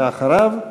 אחריו,